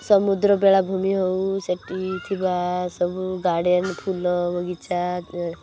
ସମୁଦ୍ର ବେଳାଭୂମି ହଉ ସେଇଠି ଥିବା ସବୁ ଗାର୍ଡ଼େନ ଫୁଲ ବଗିଚା